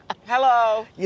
Hello